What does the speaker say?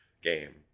game